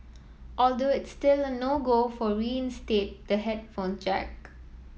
although it's still a no go to reinstate the headphone jack